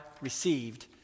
received